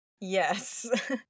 Yes